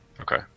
Okay